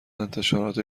انتشارات